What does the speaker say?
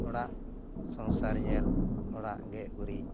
ᱚᱲᱟᱜ ᱥᱚᱝᱥᱟᱨ ᱧᱮᱞ ᱚᱲᱟᱜ ᱜᱮᱡ ᱜᱩᱨᱤᱡ